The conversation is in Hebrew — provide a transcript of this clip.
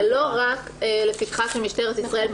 זה לא רק לפתחה של משטרת ישראל.